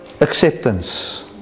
acceptance